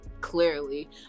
Clearly